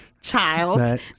child